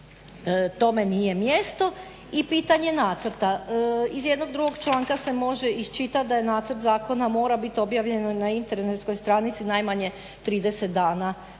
tome nije mjesto. I pitanje nacrta. Iz jednog drugog članka se može iščitati da je nacrt zakona mora biti objavljeno na internetskoj stranici najmanje 30 dana